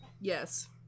Yes